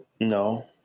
No